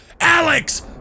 Alex